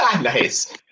Nice